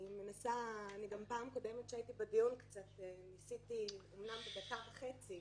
גם בדיון הקודם שהייתי ניסיתי, אומנם בדקה וחצי